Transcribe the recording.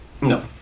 No